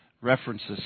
references